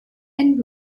and